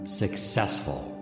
successful